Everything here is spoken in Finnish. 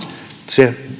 se